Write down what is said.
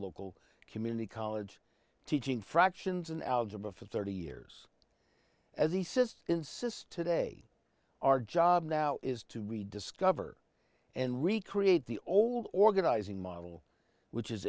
local community college teaching fractions and algebra for thirty years as he says insists today our job now is to rediscover and recreate the old organizing model which is